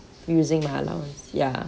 using my allowance ya